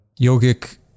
yogic